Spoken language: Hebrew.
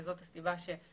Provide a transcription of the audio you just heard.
שזאת הסיבה שמסרסים,